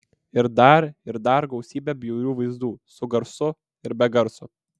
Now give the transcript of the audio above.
ir dar ir dar gausybę bjaurių vaizdų su garsu ir be garso